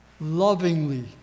lovingly